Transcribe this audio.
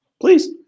Please